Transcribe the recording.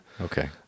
Okay